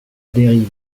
dérive